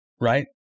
right